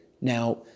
Now